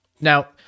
Now